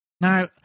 Now